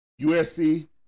USC